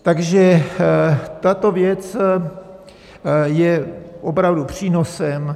Takže tato věc je opravdu přínosem.